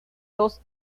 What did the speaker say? los